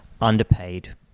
underpaid